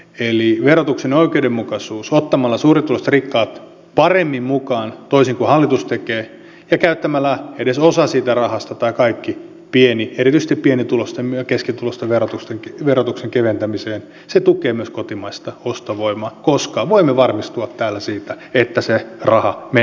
eli verotuksen oikeudenmukaisuus ottamalla suurituloiset ja rikkaat paremmin mukaan toisin kuin hallitus tekee ja käyttämällä edes osan siitä rahasta tai kaikki erityisesti pienituloisten ja keskituloisten verotuksen keventämiseen tukee myös kotimaista ostovoimaa koska voimme varmistua tällä siitä että se raha menee kiertoon